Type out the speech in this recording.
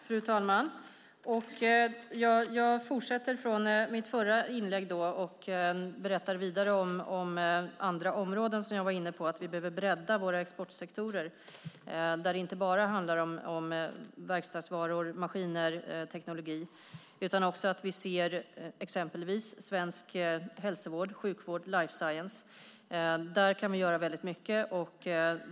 Fru talman! Jag fortsätter från mitt förra inlägg och berättar vidare om andra områden. Jag var inne på att vi behöver bredda våra exportsektorer. Där handlar det inte bara om verkstadsvaror, maskiner och teknologi, utan vi ser också exempelvis svensk hälsovård, sjukvård och life science där vi kan göra mycket.